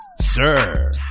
Sir